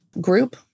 group